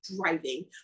driving